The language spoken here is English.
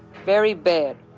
very bad.